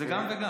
זה גם וגם.